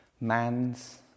man's